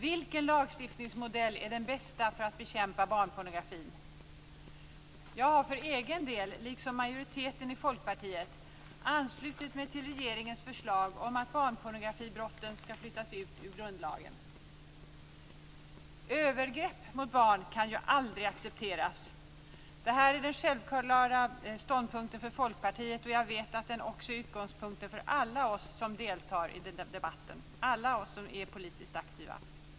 Vilken lagstiftningsmodell är den bästa för att bekämpa barnpornografin? Jag har för egen del liksom majoriteten i Folkpartiet anslutit mig till regeringens förslag om att barnpornografibrotten skall flyttas ut ur grundlagen. Övergrepp mot barn kan aldrig accepteras. Det är den självklara ståndpunkten för Folkpartiet, och jag vet att den också är utgångspunkten för alla oss som deltar i debatten och är politiskt aktiva.